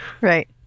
Right